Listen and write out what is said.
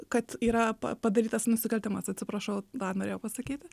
kad yra pa padarytas nusikaltimas atsiprašau dar norėjau pasakyti